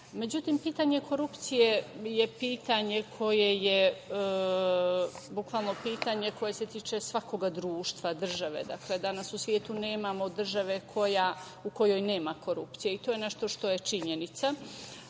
je pitanje koje je bukvalno pitanje koje se tiče svakog društva države. Danas u svetu nemamo državu u kojoj nema korupcije i to je nešto što je činjenica,